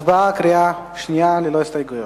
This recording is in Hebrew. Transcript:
הצבעה בקריאה שנייה, ללא הסתייגויות.